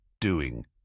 doing